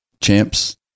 Champs